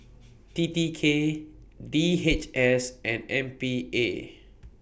T T K D H S and M P A